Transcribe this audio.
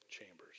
Chambers